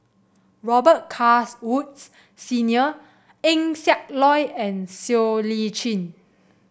Robet Carr Woods Senior Eng Siak Loy and Siow Lee Chin